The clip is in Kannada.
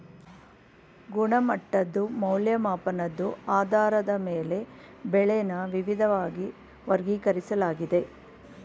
ಗುಣಮಟ್ಟದ್ ಮೌಲ್ಯಮಾಪನದ್ ಆಧಾರದ ಮೇಲೆ ಬೆಳೆನ ವಿವಿದ್ವಾಗಿ ವರ್ಗೀಕರಿಸ್ಲಾಗಿದೆ